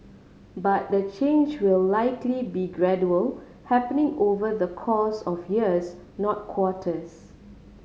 but the change will likely be gradual happening over the course of years not quarters